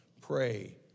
pray